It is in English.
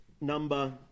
number